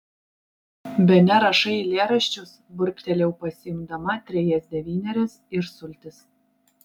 bene rašai eilėraščius burbtelėjau pasiimdama trejas devynerias ir sultis